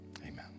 Amen